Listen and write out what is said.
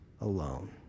alone